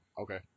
Okay